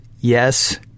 yes